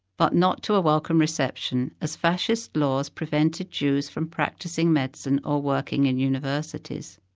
but not to a welcome reception, as fascist laws prevented jews from practicing medicine or working in universities.